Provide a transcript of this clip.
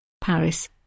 Paris